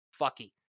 fucky